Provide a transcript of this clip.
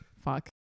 Fuck